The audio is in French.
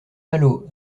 malo